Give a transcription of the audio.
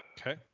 Okay